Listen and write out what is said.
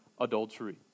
adultery